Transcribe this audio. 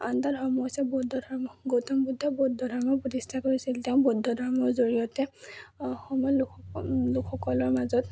আন এটা ধৰ্ম হৈছে বৌদ্ধ ধৰ্ম গৌতম বুদ্ধ বৌদ্ধ ধৰ্ম প্ৰতিষ্ঠা কৰিছিল তেওঁ বৌদ্ধ ধৰ্মৰ জৰিয়তে অসমৰ লোকসকল লোকসকলৰ মাজত